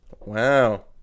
Wow